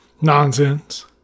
nonsense